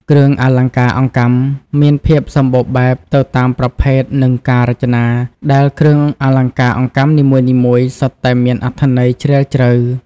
គ្រឿងអលង្ការអង្កាំមានភាពសម្បូរបែបទៅតាមប្រភេទ និងការរចនា ដែលគ្រឿងអលង្ការអង្កាំនីមួយៗសុទ្ធតែមានអត្ថន័យជ្រាលជ្រៅ។